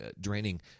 draining